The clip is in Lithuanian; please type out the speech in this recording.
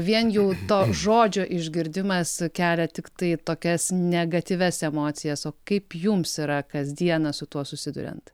vien jau to žodžio išgirdimas kelia tiktai tokias negatyvias emocijas o kaip jums yra kasdieną su tuo susiduriant